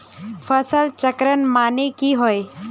फसल चक्रण माने की होय?